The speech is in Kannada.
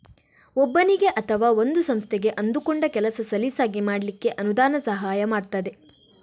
ಒಬ್ಬನಿಗೆ ಅಥವಾ ಒಂದು ಸಂಸ್ಥೆಗೆ ಅಂದುಕೊಂಡ ಕೆಲಸ ಸಲೀಸಾಗಿ ಮಾಡ್ಲಿಕ್ಕೆ ಅನುದಾನ ಸಹಾಯ ಮಾಡ್ತದೆ